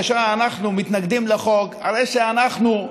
כאשר אנחנו מתנגדים לחוק הרי שאנחנו,